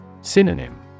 Synonym